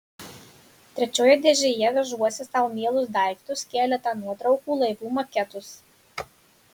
trečioje dėžėje vežuosi sau mielus daiktus keletą nuotraukų laivų maketus